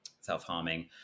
self-harming